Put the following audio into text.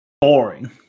boring